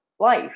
Life